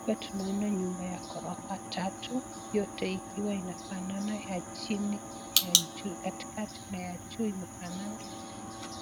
Hapa tunaona nyumba ya ghorofa tatu, yote ikiwa inafanana ya chini na ya juu, ya katikati na ya juu imefanana,